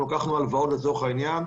אנחנו לקחנו הלוואות לצורך העניין.